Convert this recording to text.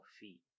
feet